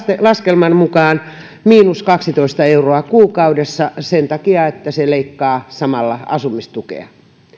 laskelman mukaan miinus kaksitoista euroa kuukaudessa sen takia että se leikkaa samalla asumistukea